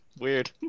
Weird